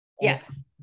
Yes